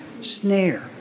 snare